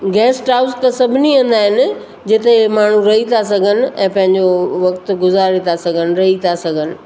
guest house त सभिनी हंधु आहिनि जिते माण्हू रही था सघनि ऐं पंहिंजो वक़्तु गुज़ारे था सघनि रही था सघनि